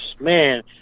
man